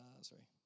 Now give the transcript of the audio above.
Sorry